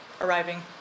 arriving